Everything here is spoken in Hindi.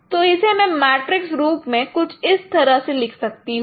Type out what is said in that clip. तो इसे मैं मैट्रिक्स रूप में कुछ इस तरह लिख सकता हूं